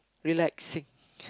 relaxing